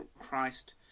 Christ